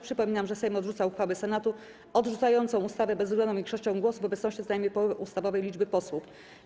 Przypominam, że Sejm odrzuca uchwałę Senatu odrzucającą ustawę bezwzględną większością głosów w obecności co najmniej połowy ustawowej liczby posłów.